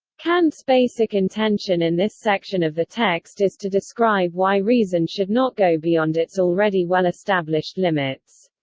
kant's basic intention in this section of the text is to describe why reason should not go beyond its already well-established limits.